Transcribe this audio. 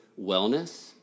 Wellness